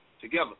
together